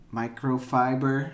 microfiber